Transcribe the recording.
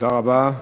תודה רבה.